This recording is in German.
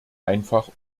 einfach